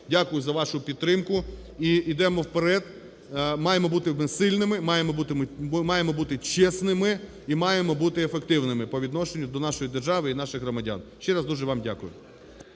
Дякую за вашу підтримку. Ідемо вперед, маємо бути сильними, маємо бути чесними і маємо бути ефективними по відношенню до нашої держави і наших громадян. Ще раз дуже вам дякую.